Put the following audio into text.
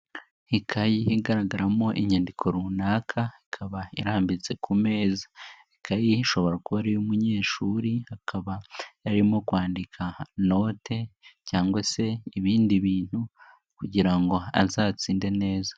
Ikayi igaragaramo inyandiko runaka ikaba irambitse ku meza, ikayi ishobora kuba ari i y'umunyeshuri akaba yarimo kwandika note cyangwa se ibindi bintu kugira ngo azatsinde neza.